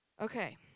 Okay